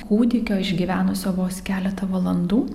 kūdikio išgyvenusio vos keletą valandų